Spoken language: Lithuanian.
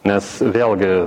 nes vėlgi